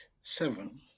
Seven